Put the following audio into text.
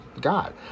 God